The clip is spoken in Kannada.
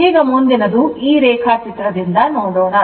ಈಗ ಮುಂದಿನದು ಈ ರೇಖಾಚಿತ್ರದಿಂದ ನೋಡೋಣ